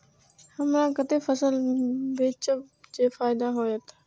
हमरा कते फसल बेचब जे फायदा होयत?